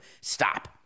Stop